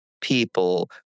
people